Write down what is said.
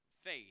faith